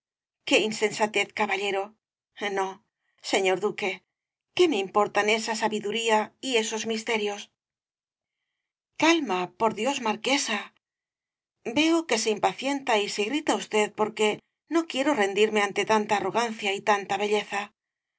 qué insensatez caballero no señor duque qué me importan esa sabiduría y esos misterios calma por dios marquesa veo que se impacienta y se irrita usted porque no quiero rendirme ante tanta arrogancia y tanta belleza